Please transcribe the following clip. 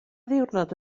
ddiwrnod